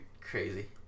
crazy